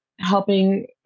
helping